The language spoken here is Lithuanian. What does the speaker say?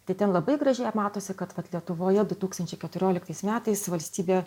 tai ten labai gražiai matosi kad vat lietuvoje du tūkstančiai keturioliktais metais valstybė